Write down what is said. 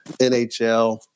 NHL